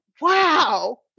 Wow